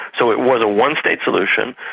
so it was a one-state solution,